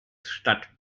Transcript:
statt